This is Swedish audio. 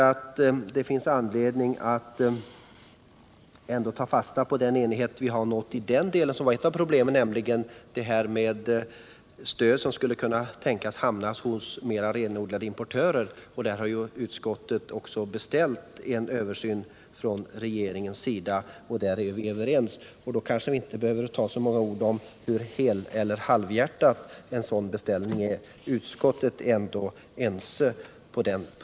Jag tror det finns anledning att ta fasta på den enighet vi har nått om problemet med att stöd skulle kunna hamna hos renodlade importörer. På den punkten har utskottet beställt en översyn från regeringens sida. Vi är alltså överens och behöver kanske därför inte spilla så många ord på om denna beställning är heleller halvhjärtad.